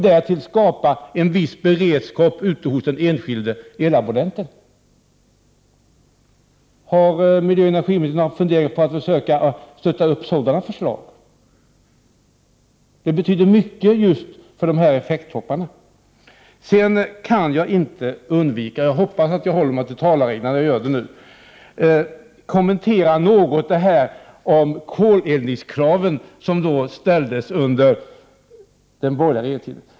Därtill skapar de en viss beredskap hos den enskilde elabonnenten. Har miljöoch energiministern haft funderingar på att stötta sådana förslag? De skulle nämligen betyda mycket just för effekttopparna. Jag kan inte underlåta att kommentera förslagen om koleldningskraft som ställdes under den borgerliga regeringstiden. Jag hoppas att jag håller mig till talarreglerna när jag tar upp denna fråga nu.